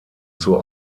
zur